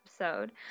episode